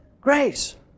Grace